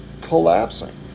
collapsing